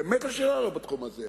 באמת שהשאלה אינה בתחום הזה.